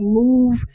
move